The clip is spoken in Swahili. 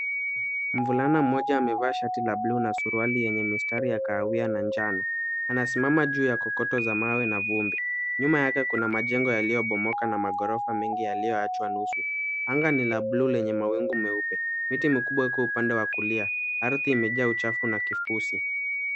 Mvulana mmoja amevaa shati la buluu na suruali yenye mistari ya kahawia na njano. Anasimama juu ya kokotoo za mawe na vumbi. Nyuma yake kuna majengo yaliyobomoka na maghorofa mengi yaliyoachwa nusu. Angaa ni la buluu lenye mawingu meupe. Miti mikubwa iko upande wa kulia. Ardhi imejaa uchafu na kifusi.